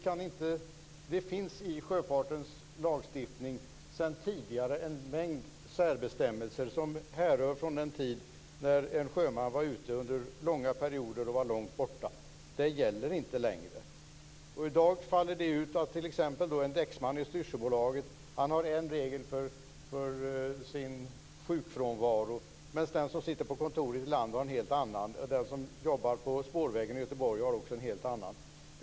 Det finns sedan tidigare i sjöfartslagstiftningen en mängd särbestämmelser som härrör från den tid en sjöman var långt borta under långa perioder. Det gäller inte längre. En däcksman har en viss regel för sjukfrånvaro medan den som sitter på kontoret på land har en annan. Den som jobbar på spårvägen i Göteborg har också en helt annan regel.